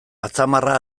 atzamarra